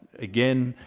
again